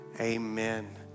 amen